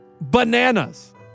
bananas